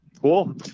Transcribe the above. cool